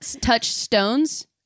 Touchstones